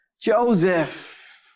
Joseph